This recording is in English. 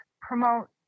promote